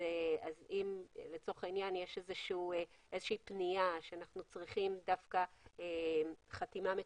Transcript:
אם לצורך העניין יש איזושהי פנייה שאנחנו צריכים דווקא חתימה מקורית,